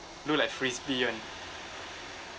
look like frisbee [one]